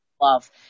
love